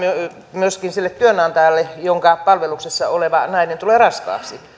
myöskin sille työnantajalle jonka palveluksessa oleva nainen tulee raskaaksi